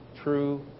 True